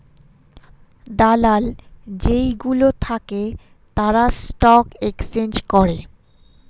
দালাল যেই গুলো থাকে তারা স্টক এক্সচেঞ্জ করে